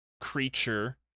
creature